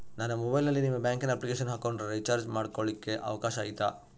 ನಾನು ಮೊಬೈಲಿನಲ್ಲಿ ನಿಮ್ಮ ಬ್ಯಾಂಕಿನ ಅಪ್ಲಿಕೇಶನ್ ಹಾಕೊಂಡ್ರೆ ರೇಚಾರ್ಜ್ ಮಾಡ್ಕೊಳಿಕ್ಕೇ ಅವಕಾಶ ಐತಾ?